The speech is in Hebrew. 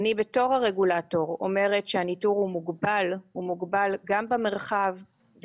בתור הרגולטור אני אומרת שהניטור מוגבל גם במרחב,